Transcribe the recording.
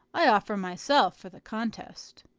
i offer myself for the contest.